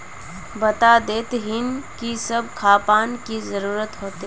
बता देतहिन की सब खापान की जरूरत होते?